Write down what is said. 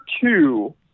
two